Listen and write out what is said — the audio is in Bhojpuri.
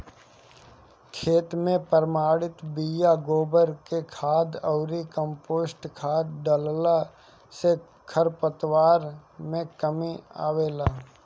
खेत में प्रमाणित बिया, गोबर के खाद अउरी कम्पोस्ट खाद डालला से खरपतवार में कमी आवेला